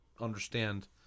understand